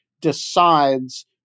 decides